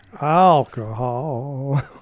Alcohol